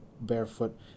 barefoot